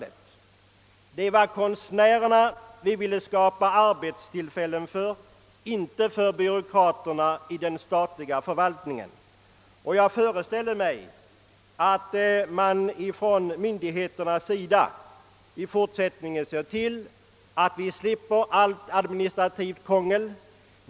Det var för konstnärerna vi ville skapa arbetstillfällen och inte för byråkraterna i den statliga förvaltningen. Jag hoppas att myndigheterna i fortsättningen ser till att vi slipper allt administrativt krångel.